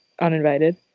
uninvited